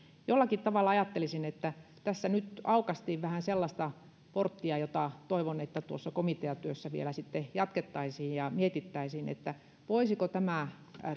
jollakin tavalla ajattelisin että tässä nyt aukaistiin vähän sellaista porttia jota toivon että tuossa komiteatyössä vielä sitten jatkettaisiin ja mietittäisiin voisiko tämä